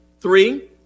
Three